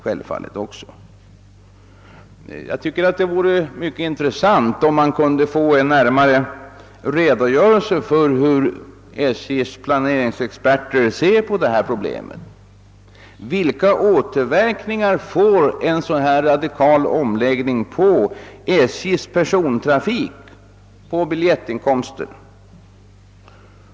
Jag tycker att det vore mycket intressant, om man kunde få en närmare redogörelse för hur SJ:s planeringsexperter ser på dessa problem. Vilka återverkningar får en så här radikal omläggning på SJ:s persontrafik, på biljettinkomsterna?